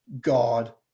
God